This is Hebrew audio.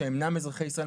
שאינם אזרחי ישראל,